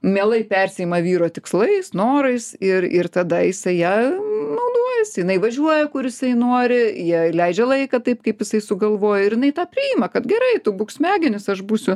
mielai persiima vyro tikslais norais ir ir tada jisai ja naudojasi jinai važiuoja kur jisai nori jie leidžia laiką taip kaip jisai sugalvoja ir jinai tą priima kad gerai tu būk smegenys aš būsiu